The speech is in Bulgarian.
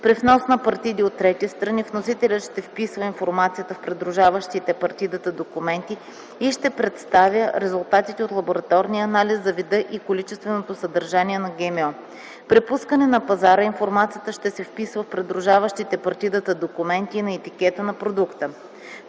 При внос на партиди от трети страни вносителят ще вписва информацията в придружаващите партидата документи и ще представя резултатите от лабораторния анализ за вида и количественото съдържание на ГМО. При пускане на пазара информацията ще се вписва в придружаващите партидата документи и на етикета на продукта.